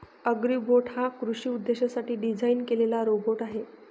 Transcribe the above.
Agribot हा कृषी उद्देशांसाठी डिझाइन केलेला रोबोट आहे